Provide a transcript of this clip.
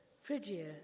Phrygia